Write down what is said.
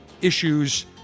issues